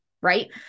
Right